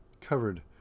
covered